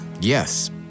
Yes